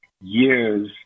Years